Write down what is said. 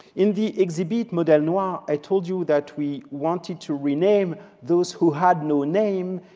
in the exhibit modele noir, i told you that we wanted to rename those who had no name,